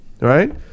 right